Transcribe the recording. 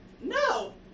No